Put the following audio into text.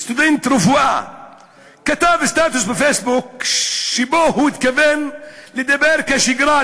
סטודנט לרפואה כתב סטטוס בפייסבוק שבו הוא התכוון לדבר כשגרה,